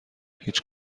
هیچ